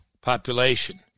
Population